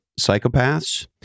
psychopaths